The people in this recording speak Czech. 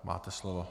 Máte slovo.